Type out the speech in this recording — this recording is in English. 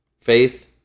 Faith